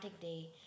day